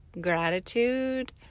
gratitude